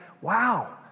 wow